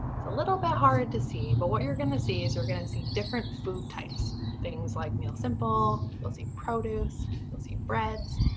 it's a little bit hard to see, but what you're gonna see, is you're gonna see different food types. things like meal simple, you'll see produce, you'll see breads,